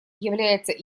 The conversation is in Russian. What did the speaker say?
является